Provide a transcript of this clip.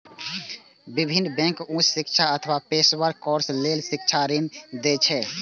विभिन्न बैंक उच्च शिक्षा अथवा पेशेवर कोर्स लेल शिक्षा ऋण दै छै